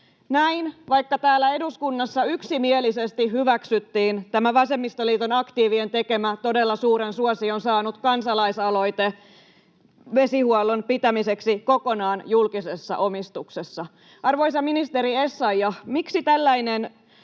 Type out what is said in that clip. Näin, vaikka täällä eduskunnassa yksimielisesti hyväksyttiin tämä vasemmistoliiton aktiivien tekemä todella suuren suosion saanut kansalaisaloite vesihuollon pitämiseksi kokonaan julkisessa omistuksessa. Arvoisa ministeri Essayah, miksi tällainen